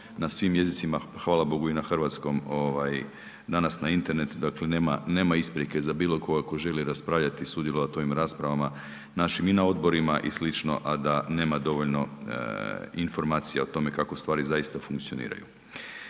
na svim jezicima, hvala bogu i na hrvatskom ovaj danas na internetu, dakle nema, nema isprike za bilo koga tko želi raspravljati i sudjelovati na ovim raspravama našim i na odborima i sl., a da nema dovoljno informacija o tome kako stvari zaista funkcioniraju.